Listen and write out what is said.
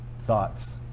Thoughts